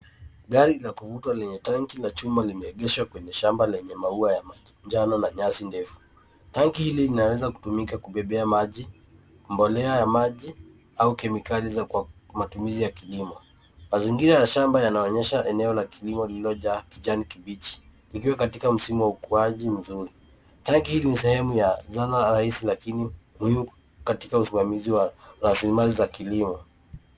Gari la kuvutwa lenye tanki la chuma limeegeshwa kwenye shamba lenye maua ya manjano na nyasi ndefu. Tanki hili linaweza kutumika kubebea maji mbolea ya maji au kemikali za matumizi ya kilimo. Mazingira yashamba yanaonyesha eneo la kilimo lililojaa kijani kibichi likiwa katika msimu ya ukuaji mzuri. Tanki ni sehemu ya zana rahisi lakini muhimu katika usimamizi wa rasilimali za kilimo.